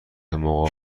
مقابل